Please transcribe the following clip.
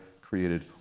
created